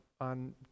on